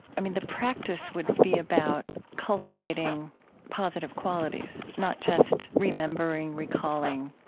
i mean, the practice would be about cultivating positive qualities, not just remembering, recalling,